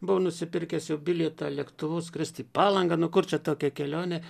buvau nusipirkęs jau bilietą lėktuvu skrist palangą nu kur čia tokia kelionė